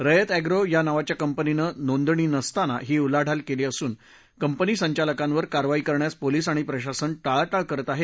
रयत ऍप्रो या नावाच्या कंपनीने नोंदणी नसताना ही उलाढाल केली सून कंपनी संचालकांवर कारवाई करण्यास पोलीस आणि प्रशासन टाळाटाळ करीत आहे